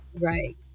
Right